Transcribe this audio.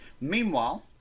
Meanwhile